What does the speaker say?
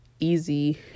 easy